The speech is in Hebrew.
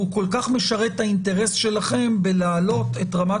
והוא כל כך משרת את האינטרס שלכם בהעלאת רמת